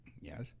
Yes